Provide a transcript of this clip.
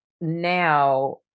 now